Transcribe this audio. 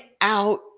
out